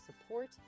support